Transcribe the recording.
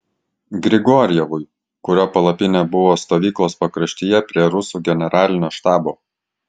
grigorjevui kurio palapinė buvo stovyklos pakraštyje prie rusų generalinio štabo